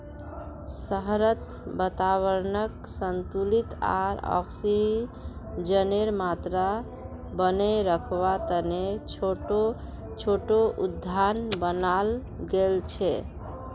शहरत वातावरनक संतुलित आर ऑक्सीजनेर मात्रा बनेए रखवा तने छोटो छोटो उद्यान बनाल गेल छे